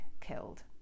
killed